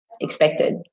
expected